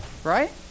Right